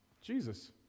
Jesus